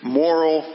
moral